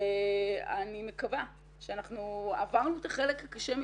אני מקווה שעברנו את החלק הקשה.